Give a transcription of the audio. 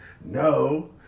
No